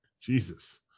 Jesus